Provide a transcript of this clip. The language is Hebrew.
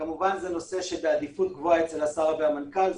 זה נושא שהוא בעדיפות גבוהה אצל השר והמנכ"ל,